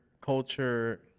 culture